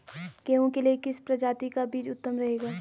गेहूँ के लिए किस प्रजाति का बीज उत्तम रहेगा?